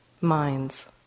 minds